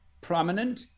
prominent